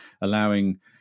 allowing